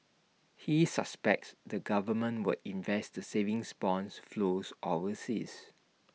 he suspects the government would invest the savings bonds flows overseas